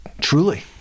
Truly